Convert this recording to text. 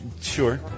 Sure